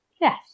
Yes